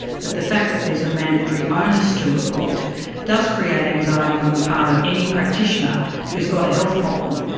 but the fact that there is mandatory onus to report does create anxiety on the part of any practitioner who has got a health problem,